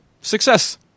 success